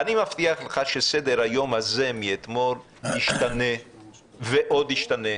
אני מבטיח לך שסדר היום הזה מאתמול ישתנה ועוד ישתנה.